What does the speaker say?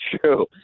true